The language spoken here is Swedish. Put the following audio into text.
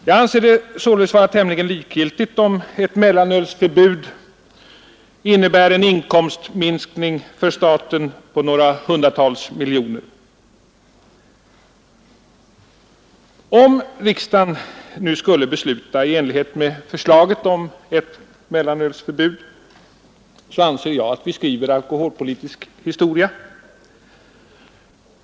Jag anser det således vara tämligen likgiltigt om ett mellanölsförbud innebär en inkomstminskning för staten på några hundratal miljoner. Om riksdagen nu skulle besluta i enlighet med förslaget om ett mellanölsförbud, så anser jag att vi skriver alkoholpolitisk historia.